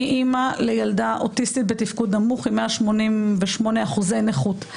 אני אימא לילדה אוטיסטית בתפקוד נמוך עם 188% נכות.